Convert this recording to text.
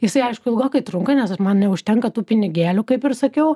jisai aišku ilgokai trunka nes man neužtenka tų pinigėlių kaip ir sakiau